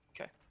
Okay